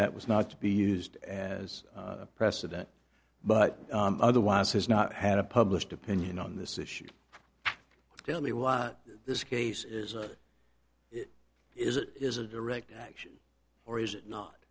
that was not to be used as precedent but otherwise has not had a published opinion on this issue the only way this case is it is it is a direct action or is it not